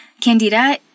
candida